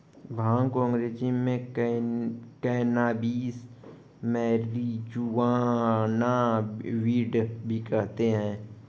भांग को अंग्रेज़ी में कैनाबीस, मैरिजुआना, वीड भी कहते हैं